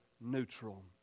neutral